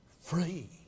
Free